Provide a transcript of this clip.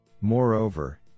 Moreover